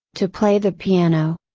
to play the piano.